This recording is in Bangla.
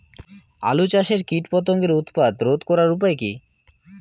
আলু চাষের কীটপতঙ্গের উৎপাত রোধ করার উপায় কী?